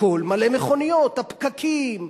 הכול מלא מכוניות, הפקקים,